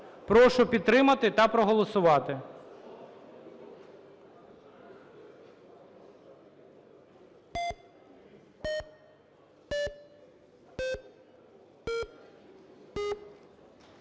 Прошу підтримати та проголосувати.